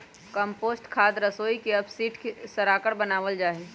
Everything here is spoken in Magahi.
कम्पोस्ट खाद रसोई के अपशिष्ट के सड़ाकर बनावल जा हई